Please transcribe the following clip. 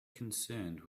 concerned